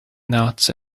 nuts